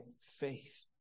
faith